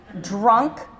drunk